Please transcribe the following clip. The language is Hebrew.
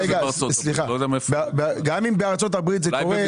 גם אם בארצות הברית זה קורה,